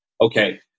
okay